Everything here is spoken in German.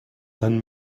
dann